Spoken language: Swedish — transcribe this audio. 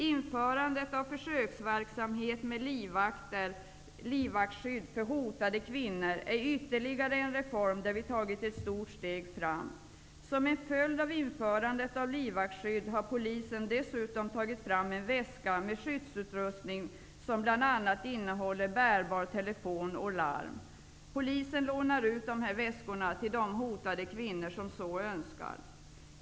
Införandet av försöksverksamhet med livvaktsskydd för hotade kvinnor är ytterligare en reform där vi tagit ett stort steg framåt. Som en följd av införandet av livvaktsskydd har polisen dessutom tagit fram en väska med skyddsutrustning som bl.a. innehåller en bärbar telefon och larm. Polisen lånar ut dessa väskor till de hotade kvinnor som så önskar.